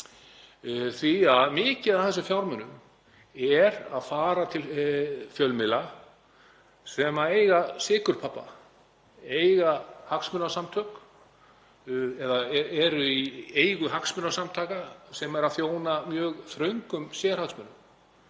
því að mikið af þessum fjármunum er að fara til fjölmiðla sem eiga sykurpabba, eiga hagsmunasamtök eða eru í eigu hagsmunasamtaka sem þjóna mjög þröngum sérhagsmunum.